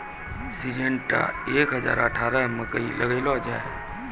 Syngenta एक हजार अठारह मकई लगैलो जाय?